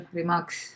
remarks